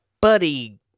Buddy